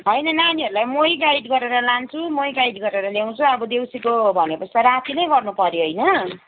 होइन नानीहरूलाई मै गाइड गरेर लान्छु मै गाइड गरेर ल्याउँछु अब देउसीको भनेपछि त राति नै गर्नु पर्यो होइन